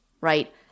right